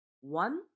One